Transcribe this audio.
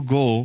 go